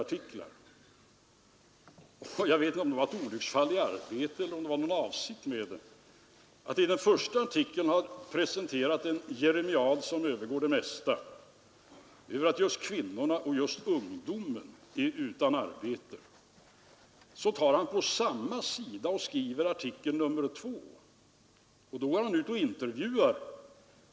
Därför måste vi försöka tro på den statistik som klart ger vid handen att vi har en sysselsättning som är högre nu än vad den var t.o.m. under högkonjunkturen.